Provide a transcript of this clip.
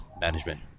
management